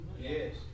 Yes